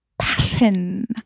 Passion